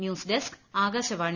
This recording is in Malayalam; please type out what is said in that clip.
news desk Akashvani